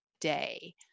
day